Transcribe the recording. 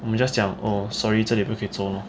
we just 讲 oh sorry 这里不可以做 lor